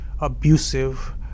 abusive